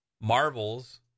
Marvels